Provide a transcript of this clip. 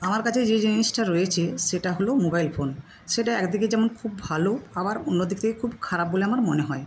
আমার কাছে যে জিনিসটা রয়েছে সেটা হল মোবাইল ফোন সেটা এক দিক থেকে যেমন খুব ভালো আবার অন্য দিক থেকে খুব খারাপ বলে আমার মনে হয়